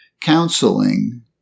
counseling